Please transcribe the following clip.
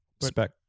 spec